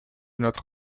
notre